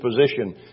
position